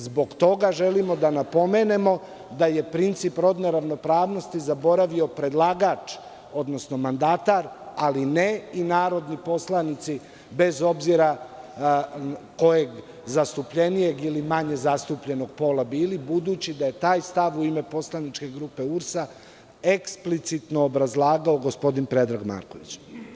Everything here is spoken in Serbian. Zbog toga želimo da napomenemo da je princip rodne ravnopravnosti zaboravio predlagač, odnosno mandatar, ali ne i narodni poslanici, bez obzira kojeg, zastupljenijeg ili manje zastupljenog pola bili, budući da je taj stav u ime poslaničke grupe URS eksplicitno obrazlagao gospodin Predrag Marković.